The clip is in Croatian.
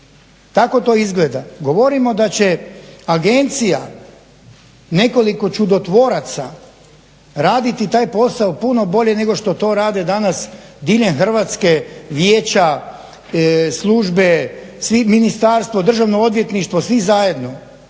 Tako to izgleda. Govorimo da će agencija, nekoliko čudotvoraca raditi taj posao puno bolje nego što to rade danas diljem Hrvatske vijeća, službe, svi, ministarstvo, Državno odvjetništvo svi zajedno.